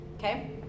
Okay